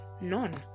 none